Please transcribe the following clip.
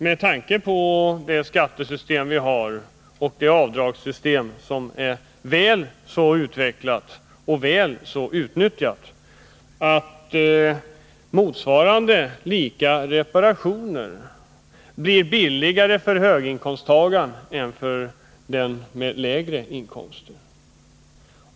Med tanke på det skattesystem vi har och med tanke på avdragssystemet, som är väl så utvecklat och väl så utnyttjat, medför det dessutom att likvärdiga reparationer blir billigare för höginkomsttagaren än för den som har lägre inkomst.